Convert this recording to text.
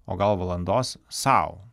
o gal valandos sau